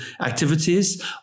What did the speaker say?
activities